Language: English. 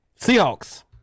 Seahawks